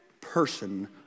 person